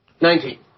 nineteen